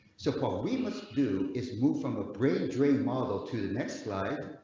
suppose we must do is move from a bridge remodel to the next slide,